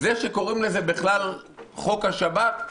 זה שקוראים לזה בכלל חוק השב"כ,